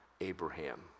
Abraham